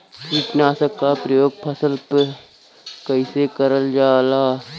कीटनाशक क प्रयोग फसल पर कइसे करल जाला?